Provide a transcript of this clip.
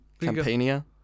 Campania